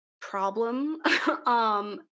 problem